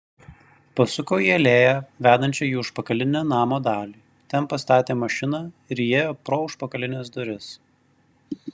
pasuko į alėją vedančią į užpakalinę namo dalį ten pastatė mašiną ir įėjo pro užpakalines duris